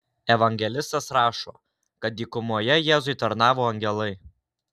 evangelistas rašo kad dykumoje jėzui tarnavo angelai